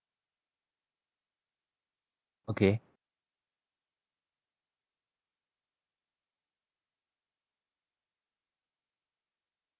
okay